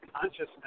consciousness